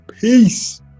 Peace